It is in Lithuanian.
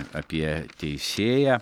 apie teisėją